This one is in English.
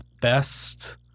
best